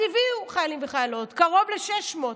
אז הביאו חיילים וחיילות, קרוב ל-600,